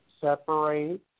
separate